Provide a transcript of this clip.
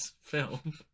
film